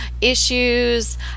issues